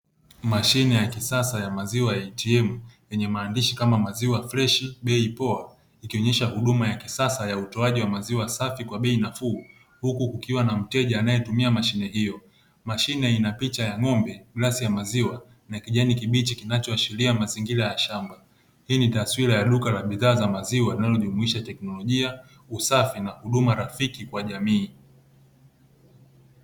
Mashine ya kisasa ya maziwa ya ATM, yenye maandishi kama "maziwa freshi bei poa" ikionyesha huduma ya kisasa ya utoaji wa maziwa safi kwa bei nafuu huku kukiwa na mteja anayetumia mashine hiyo. Mashine ina picha ya ng'ombe, glasi ya maziwa na kijani kibichi kinachoashiria mazingira ya shamba. Hii ni taswira ya duka la bidhaa za maziwa linalojumuisha teknolojia, usafi na huduma rafiki kwa jamii.